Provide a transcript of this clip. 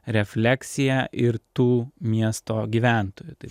refleksiją ir tų miesto gyventojų tai